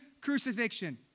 crucifixion